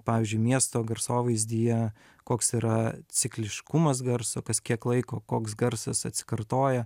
pavyzdžiui miesto garsovaizdyje koks yra cikliškumas garso kas kiek laiko koks garsas atsikartoja